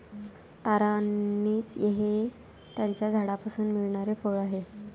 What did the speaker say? तारा अंनिस हे त्याच्या झाडापासून मिळणारे फळ आहे